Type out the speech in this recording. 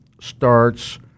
starts